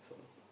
that's all